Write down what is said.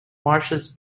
marshes